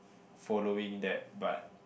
following that but